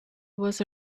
was